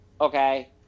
okay